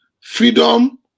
freedom